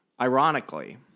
ironically